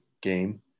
game